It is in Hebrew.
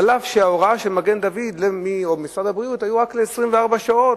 אף שההוראה של מגן-דוד או של משרד הבריאות היתה רק ל-24 שעות,